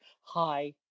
hi